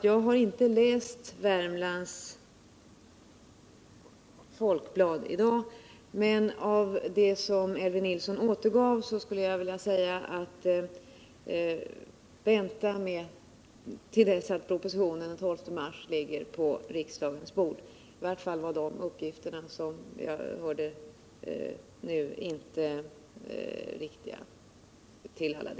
Jag har inte läst Värmlands Folkblad av i dag, men med hänvisning till vad Elvy Nilsson återgav kan jag säga: Vänta till dess propositionen den 12 mars ligger på riksdagens bord!